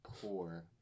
poor